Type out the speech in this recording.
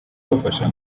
tubafasha